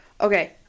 Okay